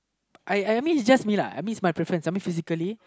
I I mean is just me lah I mean it's my preference I mean physically